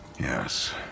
Yes